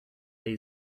day